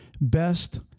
best